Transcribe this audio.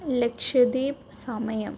ലക്ഷദ്വീപ് സമയം